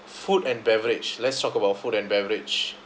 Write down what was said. food and beverage let's talk about food and beverage